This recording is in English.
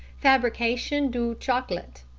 fabrication du chocolat.